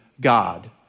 God